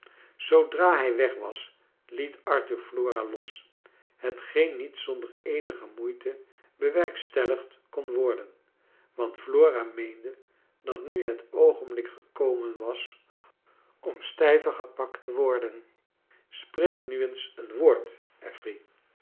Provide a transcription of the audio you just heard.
zoodra hij weg was liet arthur flora los hetgeen niet zonder eenige moeite bewerkstelligd kon worden want flora meende dat nu het oogenblik gekomen was om stijver gepakt te worden spreek nu eens een woord affey